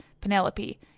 Penelope